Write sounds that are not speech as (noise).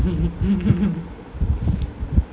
(laughs)